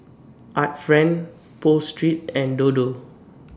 Art Friend Pho Street and Dodo